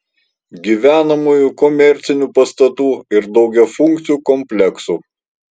gyvenamųjų komercinių pastatų ir daugiafunkcių kompleksų